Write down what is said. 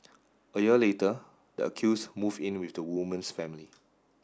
a year later the accused moved in with the woman's family